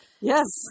Yes